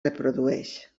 reprodueix